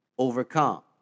overcome